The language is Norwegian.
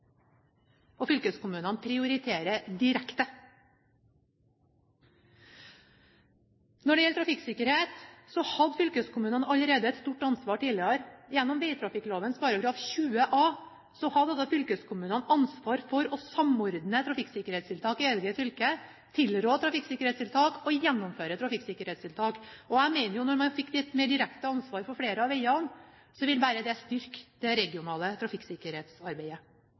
til fylkeskommunene som frie midler, og fylkeskommunene prioriterer direkte. Når det gjelder trafikksikkerhet, hadde fylkeskommunene allerede et stort ansvar tidligere. Gjennom vegtrafikkloven § 40 a hadde fylkeskommunene ansvar for å samordne trafikksikkerhetstiltak i eget fylke, tilrå trafikksikkerhetstiltak og gjennomføre trafikksikkerhetstiltak. Jeg mener at da man fikk et mer direkte ansvar for flere av veiene, vil det bare styrke det regionale trafikksikkerhetsarbeidet.